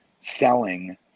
Selling